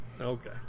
okay